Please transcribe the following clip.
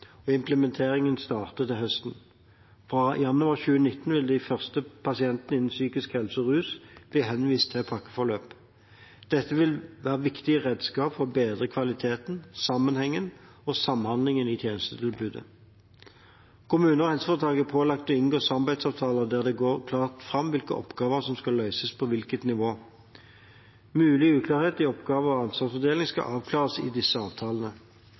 og implementeringen starter til høsten. Fra januar 2019 vil de første pasientene innen psykisk helse og rus bli henvist til pakkeforløp. Dette vil være viktige redskap for å bedre kvaliteten, sammenhengen og samhandlingen i tjenestetilbudet. Kommuner og helseforetak er pålagt å inngå samarbeidsavtaler der det går klart fram hvilke oppgaver som skal løses på hvilket nivå. Mulig uklarhet i oppgave- og ansvarsfordeling skal avklares i disse avtalene.